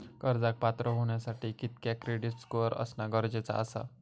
कर्जाक पात्र होवच्यासाठी कितक्या क्रेडिट स्कोअर असणा गरजेचा आसा?